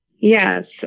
Yes